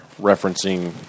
referencing